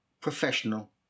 professional